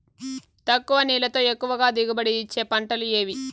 తక్కువ నీళ్లతో ఎక్కువగా దిగుబడి ఇచ్చే పంటలు ఏవి?